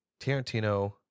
tarantino